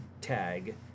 tag